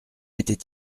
était